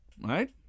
right